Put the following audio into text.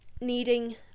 needing